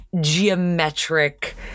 geometric